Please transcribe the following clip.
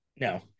No